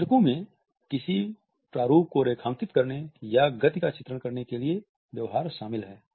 चित्रको में किसी प्रारूप को रेखांकित करने या गति का चित्रण करने के लिए व्यवहार शामिल हैं